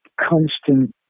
constant